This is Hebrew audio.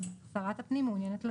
אז שרת הפנים מעוניינת לדעת.